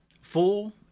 full